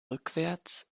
rückwärts